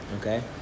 Okay